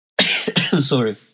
Sorry